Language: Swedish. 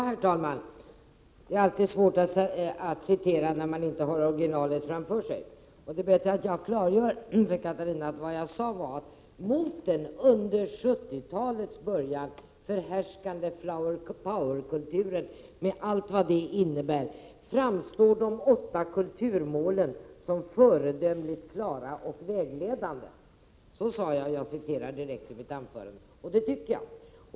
Herr talman! Det är alltid svårt att citera när man inte har originalet framför sig, så det är bäst att jag klargör för Catarina Rönnung vad jag sade — jag citerar direkt ur mitt manus: ”Mot den under 70-talets början förhärskande flower power-kulturen med allt vad det innebär framstår de åtta kulturmålen som föredömligt klara och vägledande”. Så sade jag och det menar jag.